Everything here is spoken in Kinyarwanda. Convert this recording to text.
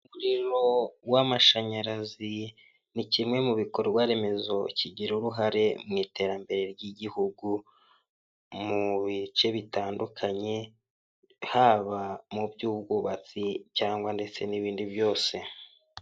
Umuriro w'amashanyarazi ni kimwe mu bikorwa remezo kigira uruhare mu iterambere ry'igihugu, mu bice bitandukanye, haba mu byo ubwubatsi cyangwa ndetse n'ibindi byose.